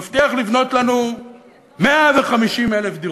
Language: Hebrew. מבטיח לבנות לנו 150,000 דירות.